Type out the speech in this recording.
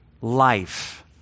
life